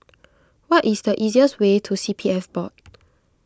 what is the easiest way to C P F Board